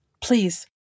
Please